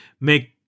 make